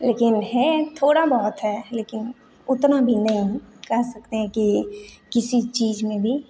लेकिन हैं थोड़ा बहुत है लेकिन उतना भी नहीं कह सकते हैं कि किसी चीज़ में भी